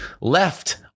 left